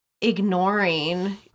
ignoring